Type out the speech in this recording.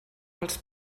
els